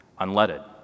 unleaded